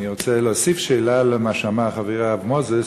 אני רוצה להוסיף שאלה למה שאמר חברי הרב מוזס,